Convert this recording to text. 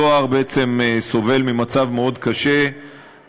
הדואר בעצם סובל ממצב מאוד קשה,